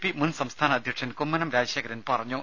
P മുൻ സംസ്ഥാന അധ്യക്ഷൻ കുമ്മനം രാജശേഖരൻ പറഞ്ഞു